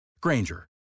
Granger